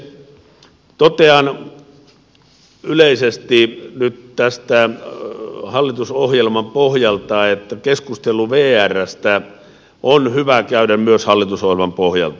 totean yleisesti nyt hallitusohjelman pohjalta että keskustelu vrstä on hyvä käydä myös hallitusohjelman pohjalta